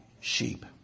sheep